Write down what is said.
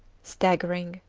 staggering,